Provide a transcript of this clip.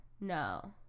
no